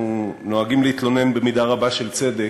אנחנו נוהגים להתלונן, במידה רבה של צדק,